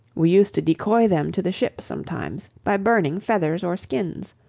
we used to decoy them to the ship sometimes by burning feathers or skins.